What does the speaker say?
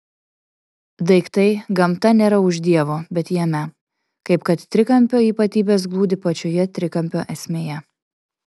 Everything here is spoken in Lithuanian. daiktai gamta nėra už dievo bet jame kaip kad trikampio ypatybės glūdi pačioje trikampio esmėje